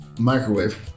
Microwave